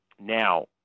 Now